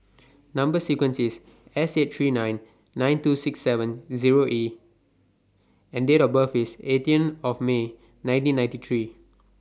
Number sequence IS S eight three nine two six seven Zero E and Date of birth IS eighteen of May nineteen ninety three